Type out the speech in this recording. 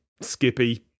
Skippy